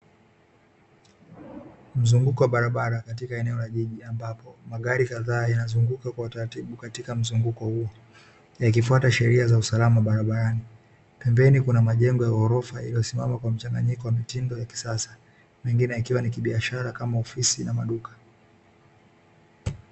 Mzunguko wa barabara katika eneo la jiji ambapo magari kadhaa yanazunguka kwa utaratibu katika mzunguko huo yakifuata sheria za usalama barabarani, pembeni kuna majengo ya ghorofa iliyosimama kwa mchanganyiko wa mitindo ya kisasa mengine yakiwa ni kibiashara kama ofisi na maduka.